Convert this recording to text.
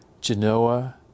Genoa